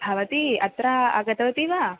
भवती अत्र आगतवती वा